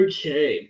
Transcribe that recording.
Okay